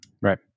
Right